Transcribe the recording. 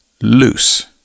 loose